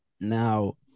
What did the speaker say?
now